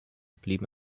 blieben